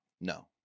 No